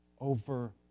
over